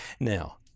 now